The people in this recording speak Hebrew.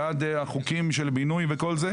בעד חוקי הבינוי וכל זה,